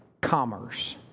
Commerce